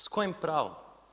S kojim pravom?